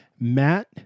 Matt